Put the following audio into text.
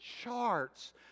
charts